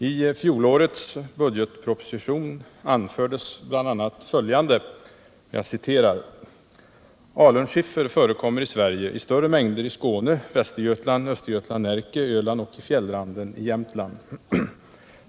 I fjolårets budgetproposition anfördes bl.a. följande: ”Alunskiffer förekommer i Sverige i större mängd i Skåne, Västergötland, Östergötland, Närke, Öland och i fjällranden i Jämtland.